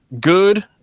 good